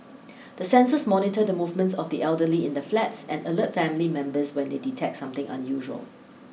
the sensors monitor the movements of the elderly in the flats and alert family members when they detect something unusual